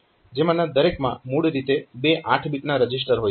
જેમાંના દરેકમાં મૂળ રીતે બે 8 બીટના રજીસ્ટર હોય છે